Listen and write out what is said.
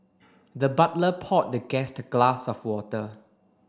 the butler poured the guest a glass of water